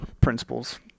principles